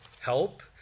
help